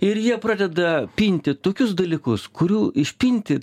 ir jie pradeda pinti tokius dalykus kurių išpinti